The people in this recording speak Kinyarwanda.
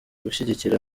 gushyigikira